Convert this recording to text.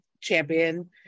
champion